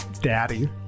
Daddy